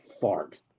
fart